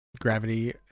Gravity